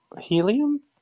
Helium